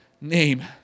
name